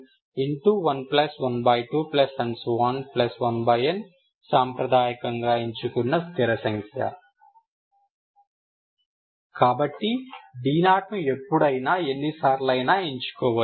112 1n సాంప్రదాయకంగా ఎంచుకున్న స్థిర సంఖ్య మీరు d0 ని ఎప్పుడైనా ఎన్నిసార్లైనా ఎంచుకోవచ్చు